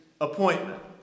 appointment